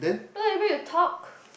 look at the way you talk